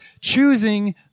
choosing